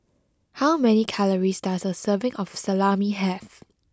how many calories does a serving of Salami have